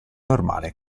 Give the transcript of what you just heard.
normale